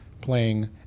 playing